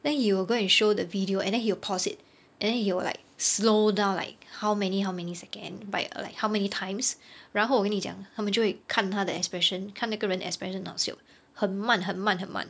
then he will go and show the video and then he will pause it and he will like slow down like how many how many second by like how many times 然后我跟你讲他们就看他的 expression 看那个人的 expression 很好笑的很慢很慢很慢